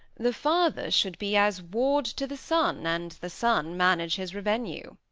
the father should be as ward to the son, and the son manage his revenue.